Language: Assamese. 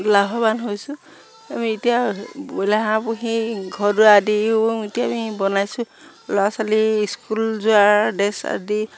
লাভৱান হৈছোঁ আমি এতিয়া বইলা হাঁহ পুহি ঘৰ দুৱাৰ আদিও এতিয়া আমি বনাইছোঁ ল'ৰা ছোৱালী স্কুল যোৱাৰ ড্ৰেছ আদি